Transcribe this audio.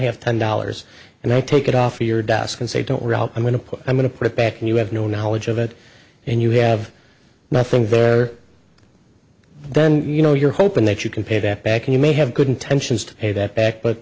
have ten dollars and i take it off your desk and say don't rob i'm going to put i'm going to put it back and you have no knowledge of it and you have nothing there then you know you're hoping that you can pay that back and you may have good intentions to pay that back but